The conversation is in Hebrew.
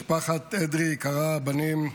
משפחת אדרי היקרה, הבנים לירון,